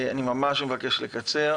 אני ממש מבקש לקצר.